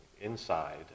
inside